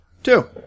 Two